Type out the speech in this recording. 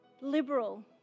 Liberal